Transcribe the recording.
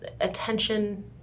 attention